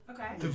Okay